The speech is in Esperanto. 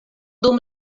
dum